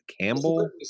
Campbell